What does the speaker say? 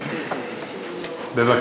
שמקדישה את הימים הראשונים של המליאה לדברי